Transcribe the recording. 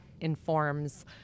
informs